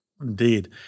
Indeed